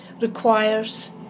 requires